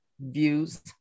views